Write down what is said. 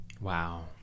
Wow